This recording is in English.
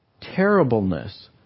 terribleness